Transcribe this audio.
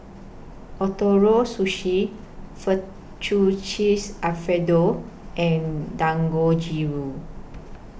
Ootoro Sushi Fettuccine Alfredo and Dangojiru